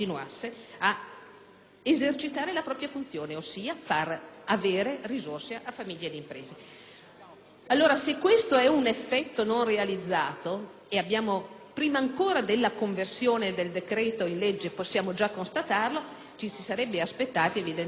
esercitare la propria funzione, ossia far avere risorse a famiglie ed imprese. Allora, se questo è un effetto non realizzato e prima ancora della conversione del decreto in legge possiamo già constatarlo, ci si sarebbe aspettati evidentemente dagli